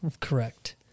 Correct